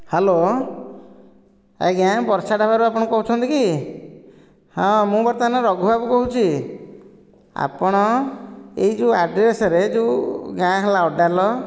hello ଆଜ୍ଞା ବର୍ଷା ଢାବାରୁ ଆପଣ କହୁଛନ୍ତି କି ହଁ ମୁଁ ବର୍ତ୍ତମାନ ରଘୁବାବୁ କହୁଛି ଆପଣ ଏହି ଯେଉଁ ଆଡ୍ରେସରେ ଯେଉଁ ଗାଁ ହେଲା ଅଡାଲ